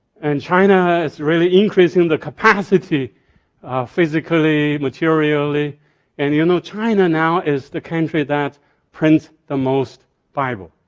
and china is really increasing the capacity physically, materially and you know china now is the country that prints the most bible.